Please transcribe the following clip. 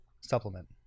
supplement